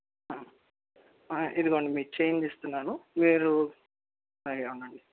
ఇదిగోండి మీ చేంజ్ ఇస్తున్నాను మీరు హాయిగా ఉండండి